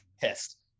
pissed